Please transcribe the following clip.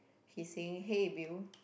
he's saying hey Bill